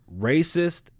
racist